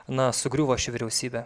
na sugriuvo ši vyriausybė